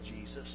Jesus